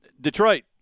Detroit